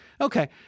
Okay